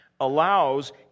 allows